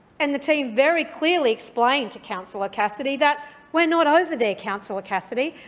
and the team very clearly explained to councillor cassidy that we're not over there, councillor cassidy,